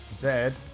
dead